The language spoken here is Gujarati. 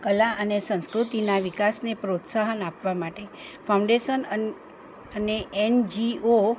કલા અને સંસ્કૃતિના વિકાસને પ્રોત્સાહન આપવા માટે ફાઉન્ડેસન અન અને એનજીઓ